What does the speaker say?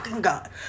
god